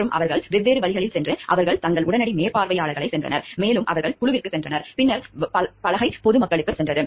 மற்றும் அவர்கள் வெவ்வேறு வழிகளில் சென்று அவர்கள் தங்கள் உடனடி மேற்பார்வையாளர்களுக்குச் சென்றனர் மேலும் அவர்கள் குழுவிற்குச் சென்றனர் பின்னர் பலகை பொது மக்களுக்குச் சென்றது